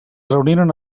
reuniren